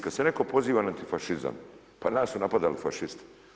Kada se netko poziva na antifašizam, pa nas su napadali fašisti.